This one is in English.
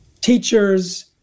teachers